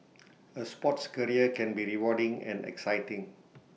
A sports career can be rewarding and exciting